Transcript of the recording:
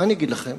מה אני אגיד לכם?